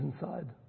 inside